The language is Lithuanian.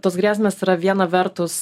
tos grėsmės yra viena vertus